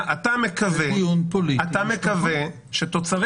זה דיון פוליטי --- אמרת שאתה מקווה שתוצרי